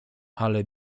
ale